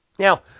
Now